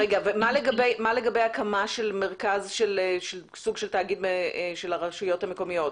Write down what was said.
ומה לגבי הקמה של סוג של תאגיד של הרשויות המקומיות?